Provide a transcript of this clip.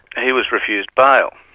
he was refused bail.